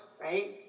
right